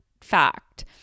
fact